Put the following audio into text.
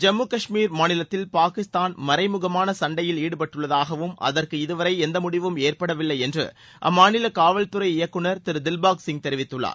ஜம்மு காஷ்மீர் மாநிலத்தில் பாகிஸ்தான் மறைமுகமான சண்டையில் ஈடுபட்டுள்ளதாகவும் அதற்கு இதுவரை எந்தவித முடிவும் ஏற்படவில்லை என்று அம்மாநில காவல் துறை இயக்குநர் திரு திவ்பாக் சிங் தெரிவித்துள்ளார்